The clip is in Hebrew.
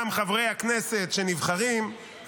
גם חברי הכנסת שנבחרים,